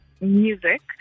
music